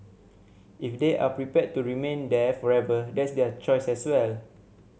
if they are prepared to remain there forever that's their choice as well